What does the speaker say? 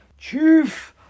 Chief